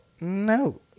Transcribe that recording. No